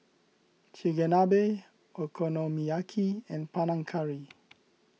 Chigenabe Okonomiyaki and Panang Curry